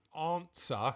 answer